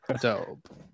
dope